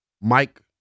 Mike